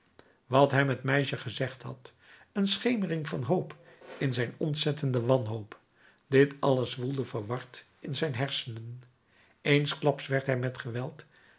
wat hem het meisje gezegd had een schemering van hoop in zijn ontzettende wanhoop dit alles woelde verward in zijn hersenen eensklaps werd hij met geweld